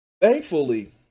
Thankfully